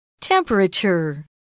Temperature